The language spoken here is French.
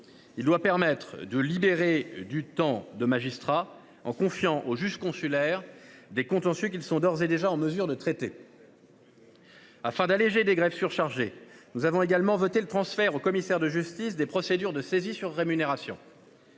la cohérence. Il libérera du temps de magistrat, en confiant aux juges consulaires des contentieux qu'ils sont d'ores et déjà en mesure de traiter. Afin d'alléger des greffes surchargés, nous avons également voté le transfert aux commissaires de justice des procédures de saisie sur rémunération.